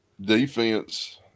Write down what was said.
defense